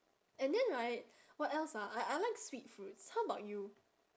and then right what else ah I I like sweet fruits how about you